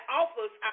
offers